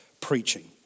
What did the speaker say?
preaching